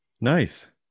Nice